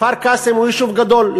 כפר-קאסם הוא יישוב גדול,